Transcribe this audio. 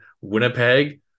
Winnipeg